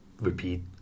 repeat